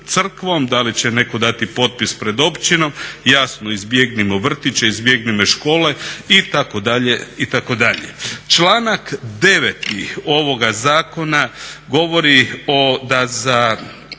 da li će netko dati potpis pred općinom. Jasno, izbjegnimo vrtiće, izbjegnimo škole itd., itd. Članak 9. ovoga zakona govori o